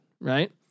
right